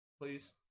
Please